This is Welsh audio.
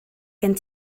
gen